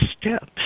steps